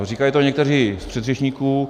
Říkali to někteří z předřečníků.